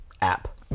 app